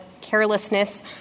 carelessness